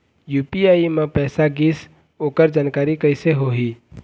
UPI म पैसा गिस ओकर जानकारी कइसे होही?